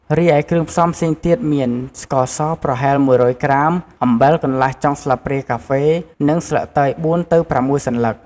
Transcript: រិឯគ្រឿងផ្សំផ្សេងទៀតមាន ស្ករសប្រហែល១០០ក្រាម អំបិលកន្លះចុងស្លាបព្រាកាហ្វេ និងស្លឹកតើយ ៤ ទៅ ៦ សន្លឹក។